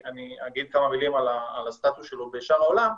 אגיד כמה מילים על הסטטוס שלו בשאר העולם,